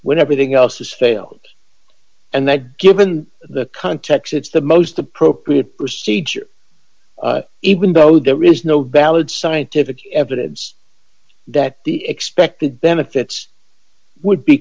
when everything else has failed and that given the context it's the most appropriate procedure even though there is no valid scientific evidence that the expected benefits would be